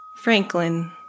Franklin